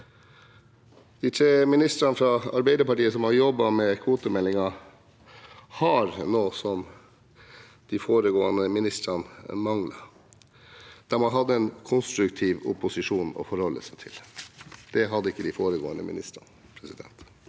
De tre ministrene fra Arbeiderpartiet som har jobbet med kvotemeldingen, har hatt noe de foregående ministrene manglet: De har hatt en konstruktiv opposisjon å forholde seg til. Det hadde ikke de foregående ministrene.